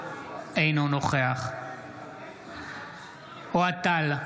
אינו נוכח אוהד טל,